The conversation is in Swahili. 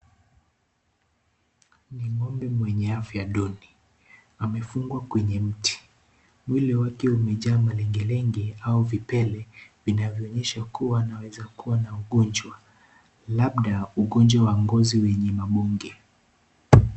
Ni ngombe mwenye afya duni amefungwa kwenye mti, mwili wake umejaa malelenge au vipele vinavyo onyesha kuwa anaweza kuwa na ugonjwa labda ugonjwa wa ngozi wenye mabonge.